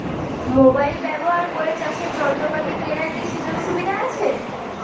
Mobile ব্যবহার করে চাষের যন্ত্রপাতি কেনার কি সুযোগ সুবিধা আছে?